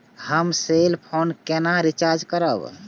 हम cell phone केना recharge करब?